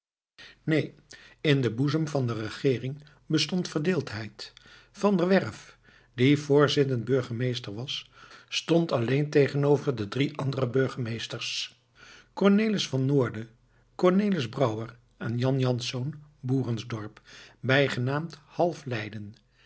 neen in den boezem van de regeering bestond verdeeldheid van der werff die voorzittend burgemeester was stond alleen tegenover de drie andere burgemeesters cornelis van noorde cornelis brouwer en jan jansz boersdorp bijgenaamd half leyden